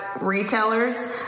retailers